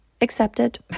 accepted